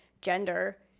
gender